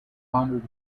pondered